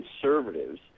conservatives